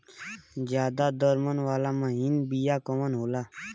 ज्यादा दर मन वाला महीन बिया कवन होला?